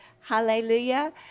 Hallelujah